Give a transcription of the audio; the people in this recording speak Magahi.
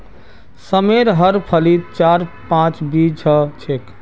सेमेर हर फलीत चार पांच बीज ह छेक